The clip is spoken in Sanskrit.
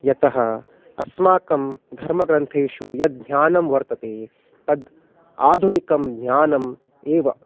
यतः अस्माकं धर्मग्रन्थेषु यद् ज्ञानं वर्तते तद् आधुनिकं ज्ञानम् एव